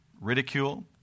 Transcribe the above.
ridicule